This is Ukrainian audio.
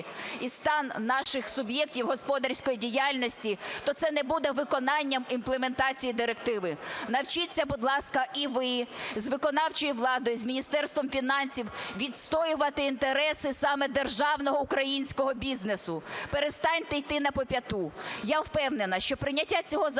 і стан наших суб'єктів господарської діяльності, то це не буде виконанням імплементації директиви. Навчіться, будь ласка, і ви з виконавчою владою, з Міністерством фінансів відстоювати інтереси саме державного українського бізнесу. Перестаньте йти на попятную. Я впевнена, що прийняття цього закону,